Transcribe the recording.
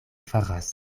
faras